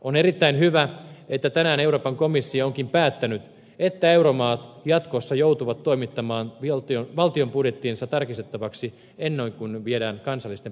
on erittäin hyvä että tänään euroopan komissio onkin päättänyt että euromaat jatkossa joutuvat toimittamaan valtion budjettinsa tarkistettavaksi ennen kuin ne viedään kansallisten parlamenttien käsittelyyn